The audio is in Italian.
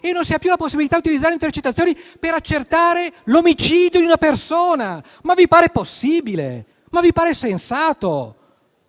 e non si ha più la possibilità di utilizzare intercettazioni per accertare l'omicidio di una persona. Ma vi pare possibile? Vi pare sensato?